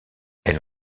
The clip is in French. elle